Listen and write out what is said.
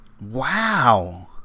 Wow